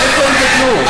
איפה הם גדלו?